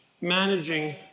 managing